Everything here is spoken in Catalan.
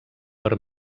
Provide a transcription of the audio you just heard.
per